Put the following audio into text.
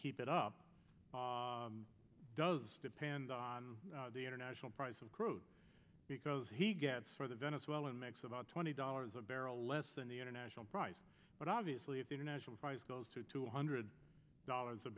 keep it up does depend on the international price of crude because he gets for the venezuelan makes about twenty dollars a barrel less than the international price but obviously if the international prize goes to two hundred dollars a